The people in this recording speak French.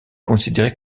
considérée